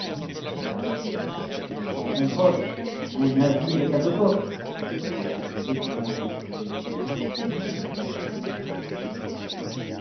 au reste les temps sont proches un avenir est à nos portes d'autant plus fécond en surprises que vous aurez su l'attendre plus longtemps